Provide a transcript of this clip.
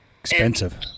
Expensive